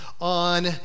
on